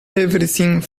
everything